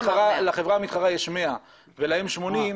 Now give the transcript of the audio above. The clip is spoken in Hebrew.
לחברה המתחרה יש 100 ולזאת יש 80,